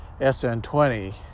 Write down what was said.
SN20